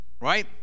Right